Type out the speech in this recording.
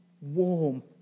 warm